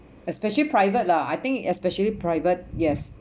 especially private lah I think especially private yes